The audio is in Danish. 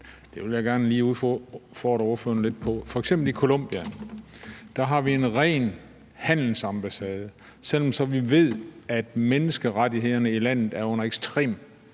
Det vil jeg gerne udfordre ordføreren lidt på. F.eks. har vi i Colombia en ren handelsambassade, selv om vi ved, at menneskerettighederne i landet er under ekstremt